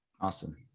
awesome